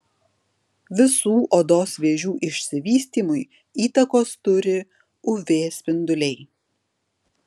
visų odos vėžių išsivystymui įtakos turi uv spinduliai